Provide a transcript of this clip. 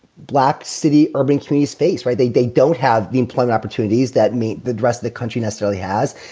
black city urban kids face, why they they don't have the employment opportunities that meet the rest of the country necessarily has.